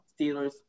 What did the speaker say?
Steelers